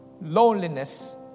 loneliness